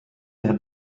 mehr